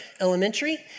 Elementary